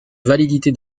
validité